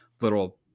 little